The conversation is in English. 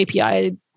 API